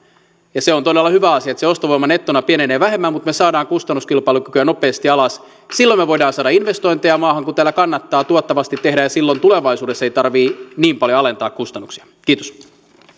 ja se on todella hyvä asia että se ostovoima nettona pienenee vähemmän mutta me saamme kustannuskilpailukykyä nopeasti ylös silloin me voimme saada investointeja maahan kun täällä kannattaa tuottavasti tehdä ja silloin tulevaisuudessa ei tarvitse niin paljon alentaa kustannuksia kiitos